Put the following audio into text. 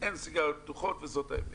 אין סיגריות גלויות וזאת האמת.